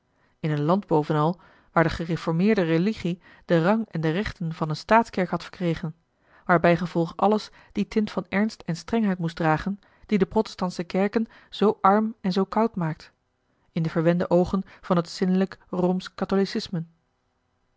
in een land bovenal waar de gereformeerde religie den rang en de rechten van eene staatskerk had verkregen waar bijgevolg alles die tint van ernst en strengheid moest dragen die de protestantsche kerken zoo arm en zoo koud maakt in de verwende oogen van het zinnelijk